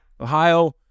Ohio